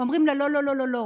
אומרים לה: לא לא לא לא לא,